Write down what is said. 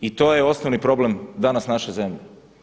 I to je osnovni problem danas naše zemlje.